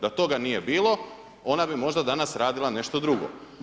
Da toga nije bilo, ona bi možda danas radila nešto drugo.